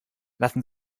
lassen